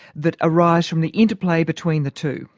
that arise from the interplay between the two.